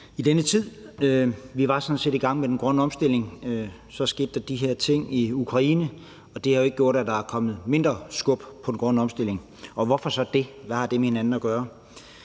i denne tid. Vi var sådan set i gang med den grønne omstilling, og så skete der de her ting i Ukraine, og det har jo ikke gjort, at der er kommet mindre skub på den grønne omstilling. Og hvorfor så det? Hvad har de ting med hinanden at gøre?